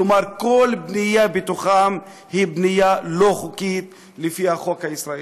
כלומר כל בנייה בתוכם היא בנייה לא חוקית לפי החוק הישראלי.